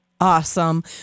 Awesome